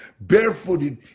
barefooted